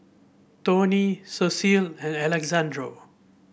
Toney Cecil and Alexandro